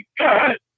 god